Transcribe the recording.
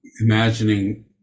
imagining